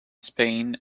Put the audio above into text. spain